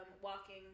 walking